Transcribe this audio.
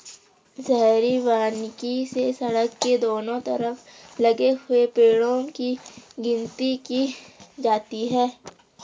शहरी वानिकी से सड़क के दोनों तरफ लगे हुए पेड़ो की गिनती की जाती है